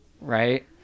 Right